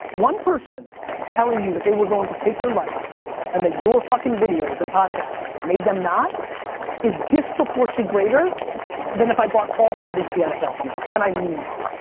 one person telling you that they were going to take their life and that your fucking videos and podcast made them not is disproportionately greater than if i bought all thirty two nfl teams, and i mean that.